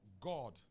God